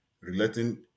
relating